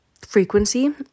frequency